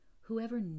whoever